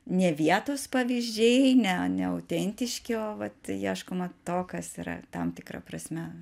ne vietos pavyzdžiai ne ne autentiški o vat ieškoma to kas yra tam tikra prasme